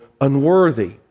unworthy